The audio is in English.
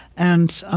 and ah